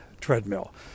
treadmill